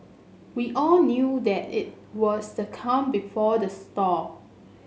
we all knew that it was the calm before the storm